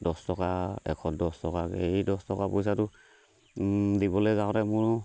দহ টকা এশত দহ টকাকে এই দহ টকা পইচাটো দিবলৈ যাওঁতে মোৰ